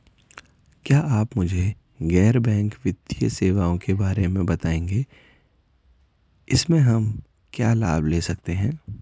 क्या आप मुझे गैर बैंक वित्तीय सेवाओं के बारे में बताएँगे इसमें हम क्या क्या लाभ ले सकते हैं?